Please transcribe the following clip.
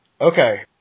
Okay